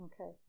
okay